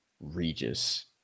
Regis